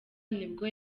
nibwo